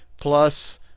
Plus